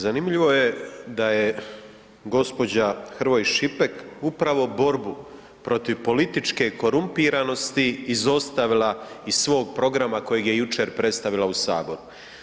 Zanimljivo je da je gđa. Hrvoj Šipek upravo borbu protiv političke korumpiranosti izostavila iz svog programa kojeg je jučer predstavila u Saboru.